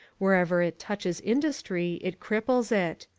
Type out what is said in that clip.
wherever it touches industry it cripples it.